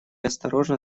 осторожно